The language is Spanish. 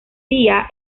día